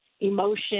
emotion